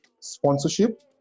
sponsorship